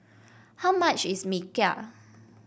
how much is Mee Kuah